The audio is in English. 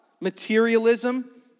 materialism